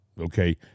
okay